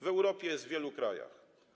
W Europie jest w wielu krajach.